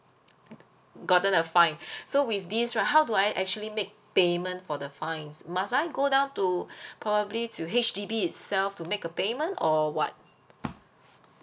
gotten the fine so with this right how do I actually make payment for the fines must I go down to probably to H_D_B itself to make a payment or what